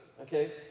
okay